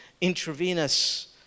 intravenous